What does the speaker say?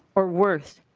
or worse.